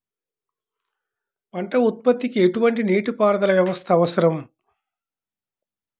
పంట ఉత్పత్తికి ఎటువంటి నీటిపారుదల వ్యవస్థ అవసరం?